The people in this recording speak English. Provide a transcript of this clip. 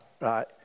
right